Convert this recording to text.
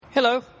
Hello